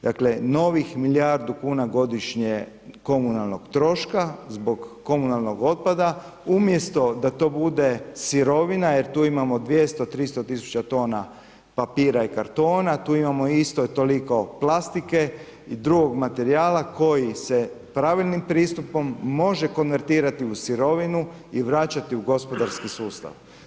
Dakle, novih milijardu kuna godišnje komunalnog troška, zbog komunalnog otpada, umjesto da to bude sirovina, jer tu imamo 200-300 tisuća tona papira i kartona, tu imamo isto toliko plastike i drugih materijala, koji se pravilnim pristupom može konvertirati u sirovinu i vraćati u gospodarski sustav.